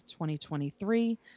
2023